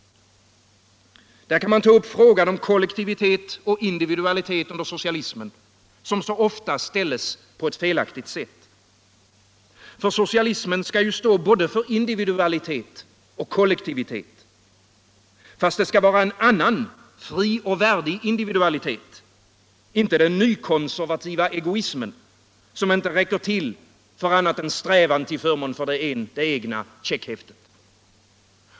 Där kan man ta upp frågan om kollektivitet och indvidualitet under socialismen, som så ofta ställs på ett felaktigt sätt. För socialismen skall ju stå för både individualitet och kollektivitet. Fast det skall vara en annan, fri och värdig individualitet, inte den nykonservativa egoismen som inte räcker till för annat än strävan till förmån för det egna checkhäftet.